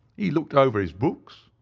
he looked over his books,